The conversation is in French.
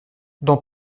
dans